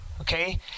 Okay